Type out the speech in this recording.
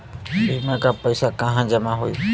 बीमा क पैसा कहाँ जमा होई?